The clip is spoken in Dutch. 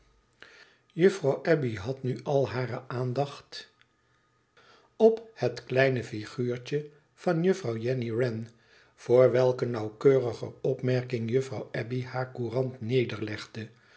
juffrouw abbey had nu al hare aandacht op het kleine figuurtje van juffrouw jenny wren voor welke nauwkeuriger opmerking juffrouw abbey hare courant nederlegde